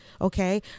okay